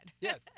Yes